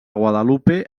guadalupe